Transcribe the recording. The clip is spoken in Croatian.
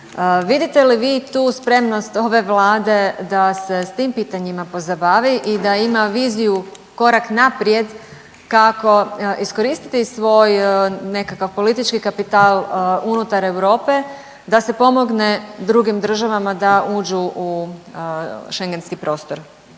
Vidite li vi tu spremnost ove Vlade da se s tim pitanjima pozabavi i da ima viziju korak naprijed kako iskoristiti svoj nekakav politički kapital unutar Europe da se pomogne drugim državama da uđu u schengentski prostor?